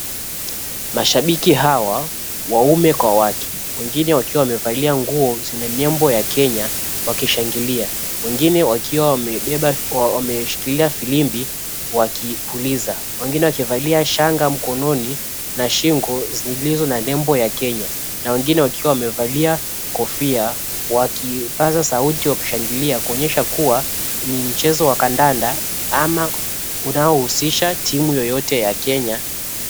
Mashabiki hawa, waume kwa wake, wengine wakiwa wamevalia nguo zenye nembo ya Kenya wakishangilia, wengine wakiwa wameshikilia firimbi wakipuliza , wengine wakivalia shanga mkononi na shingo zilizo na nembo ya Kenya na wengine wakiwa wamevalia kofia wakipaza sauti kushangiliia kuonyesha kuwa ni mchezo wa kandanda ama unaohusisha timu yoyote ya Kenya.